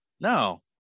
No